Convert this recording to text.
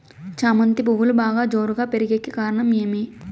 చామంతి పువ్వులు బాగా జోరుగా పెరిగేకి కారణం ఏమి?